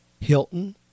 Hilton